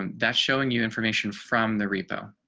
um that's showing you information from the repo.